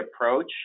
approach